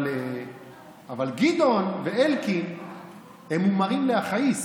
אבל גדעון ואלקין הם מומרים להכעיס.